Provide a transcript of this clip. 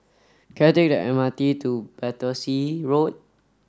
can I take the M R T to Battersea Road